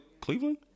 Cleveland